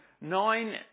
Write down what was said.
nine